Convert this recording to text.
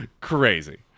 crazy